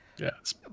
yes